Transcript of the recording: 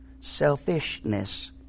Selfishness